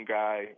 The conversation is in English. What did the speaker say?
guy